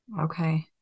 Okay